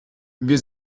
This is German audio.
wir